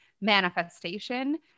manifestation